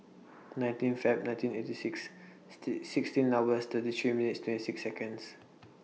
nineteen Feb nineteen eighty six sixteen numbers thirty three minutes twenty six Seconds